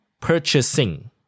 purchasing